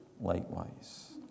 likewise